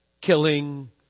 killing